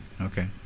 Okay